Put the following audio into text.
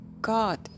God